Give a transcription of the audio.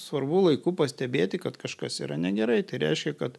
svarbu laiku pastebėti kad kažkas yra negerai tai reiškia kad